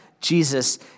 Jesus